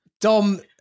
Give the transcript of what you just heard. Dom